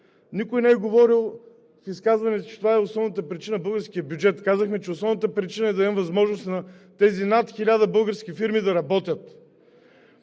Никой не е говорил в изказването си, че това е основната причина за българския бюджет. Казахме, че основната причина е да дадем възможност на тези над 1000 български фирми да работят!